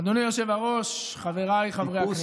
אדוני היושב-ראש, חבריי חברי הכנסת.